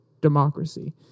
democracy